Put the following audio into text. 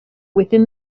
within